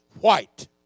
white